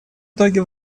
итоге